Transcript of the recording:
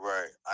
Right